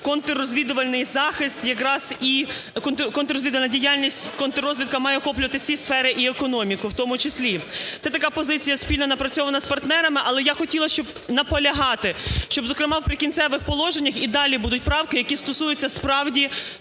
контррозвідувальний захист якраз і… контррозвідувальна діяльність, контррозвідка має охоплювати всі сфери і економіку в тому числі. Це така позиція спільна напрацьована з партнерами. Але я хотіла, щоб наполягати, щоб, зокрема, в "Прикінцевих положеннях" і далі будуть правки, які стосуються, справді,